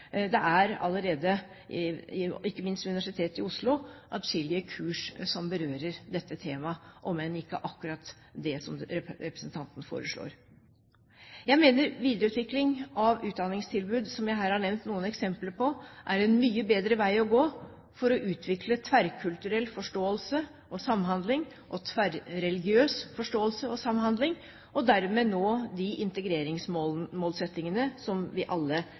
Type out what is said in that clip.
Oslo – atskillige kurs som berører dette temaet, om enn ikke akkurat det som representantene foreslår. Jeg mener videreutvikling av utdanningstilbud, som jeg her har nevnt noen eksempler på, er en mye bedre vei å gå for å utvikle tverrkulturell forståelse og samhandling, og tverr-religiøs forståelse og samhandling, og dermed nå de integreringsmålsettingene som vi alle